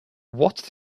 what